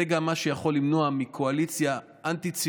זה גם מה שיכול למנוע מקואליציה אנטי-ציונית,